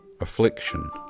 affliction